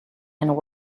and